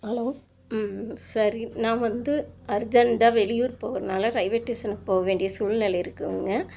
hello சரி நான் வந்து அர்ஜெண்ட்டாக வெளியூர் போகிறனால ரயில்வே ஸ்டேஷனுக்கு போக வேண்டிய சூழ்நெலை இருக்குதுங்க